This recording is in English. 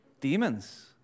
demons